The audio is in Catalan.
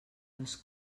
les